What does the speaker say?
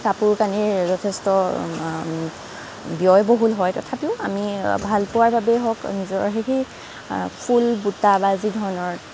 কাপোৰ কানিৰ যথেষ্ট ব্যয়বহুল হয় তথাপিও আমি ভাল পোৱাৰ বাবেই হওঁক নিজৰ হেৰি ফুল বুটা বা যিধৰণৰ